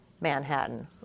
Manhattan